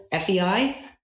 FEI